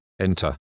enter